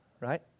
right